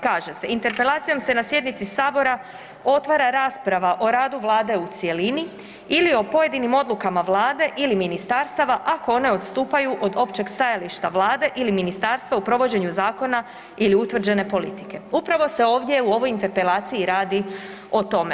Kaže se „Interpelacijom se na sjednici Sabora otvara rasprava o radu Vlade u cjelini ili o pojedinim odlukama Vlade ili ministarstava ako one odstupaju od općeg stajališta Vlade ili ministarstva u provođenju zakona ili utvrđene politike.“ Upravo se ovdje u ovoj Interpelaciji radi o tome.